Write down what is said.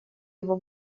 его